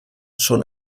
schon